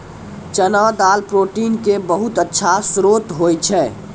चना दाल प्रोटीन के बहुत अच्छा श्रोत होय छै